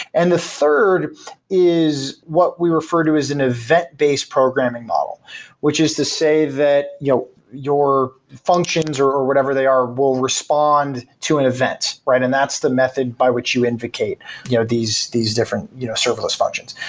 and the third is what we refer to as an event based programming model which is to say that you know your functions or or whatever they are will respond to an event. and that's the method by which you invocate you know these these different you know serverless functions.